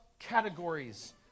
Categories